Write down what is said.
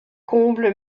comble